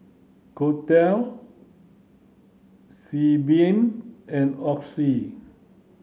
Kordel Sebamed and Oxy